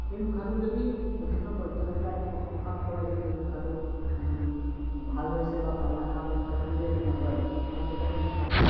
সেই মুখাটোক যদি বিভিন্ন পৰ্যটকে আহি প্ৰশংসা নকৰে যে এই মুখাটো ভাল হৈছে বা ভাল নাই হোৱা তেওঁ যদি একো নকয় তেওঁ তেতিয়া সেই মুখাটো